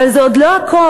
אבל זה עוד לא הכול,